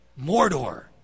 Mordor